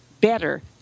better